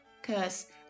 cause